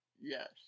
Yes